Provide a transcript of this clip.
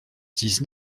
dix